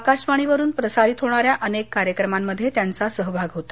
आकाशवाणीवरून प्रसारित होणाऱ्या अनेक कार्यक्रमांमधे त्यांचा सहभाग होता